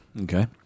Okay